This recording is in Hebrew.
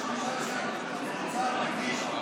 לא שומעים.